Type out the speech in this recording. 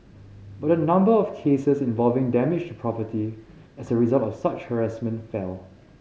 but the number of cases involving damage to property as a result of such harassment fell